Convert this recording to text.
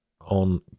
on